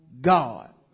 God